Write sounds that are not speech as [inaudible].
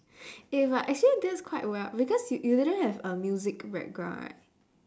[noise] eh but actually that's quite we~ because y~ you didn't have a music background right